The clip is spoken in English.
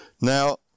Now